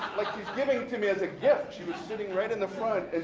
giving it to me as a gift. she was sitting right in the front.